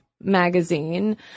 magazine